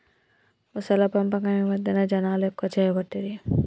మొసళ్ల పెంపకం ఈ మధ్యన జనాలు ఎక్కువ చేయబట్టిరి